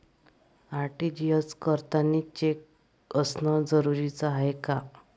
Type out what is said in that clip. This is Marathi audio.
आर.टी.जी.एस करतांनी चेक असनं जरुरीच हाय का?